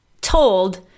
told